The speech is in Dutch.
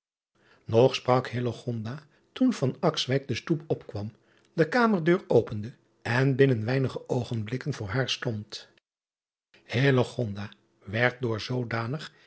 og sprak toen de stoep opkwam de kamerdeur opende en binnen weinige oogenblikken voor haar stond werd door zoodanig